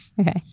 Okay